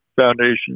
foundation